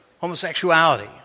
homosexuality